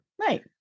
Right